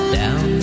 down